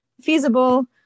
feasible